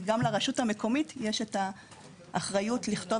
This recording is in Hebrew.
כי גם לרשות המקומית יש את האחריות לכתוב